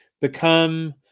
become